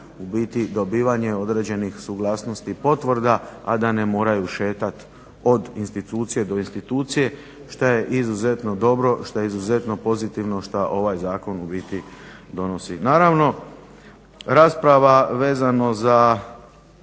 u biti dobivanje određenih suglasnosti i potvrda, a da ne moraju šetati od institucije do institucije što je izuzetno dobro, što je izuzetno pozitivno što ovaj zakon u biti donosi. Naravno rasprava vezano za